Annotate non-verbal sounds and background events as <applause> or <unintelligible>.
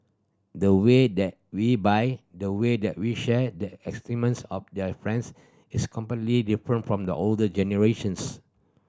the way that we buy the way that we share their <unintelligible> of their friends is completely different from the older generations